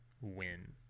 win